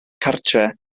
cartref